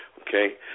Okay